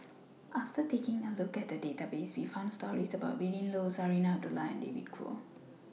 after taking A Look At The Database We found stories about Willin Low Zarinah Abdullah and David Kwo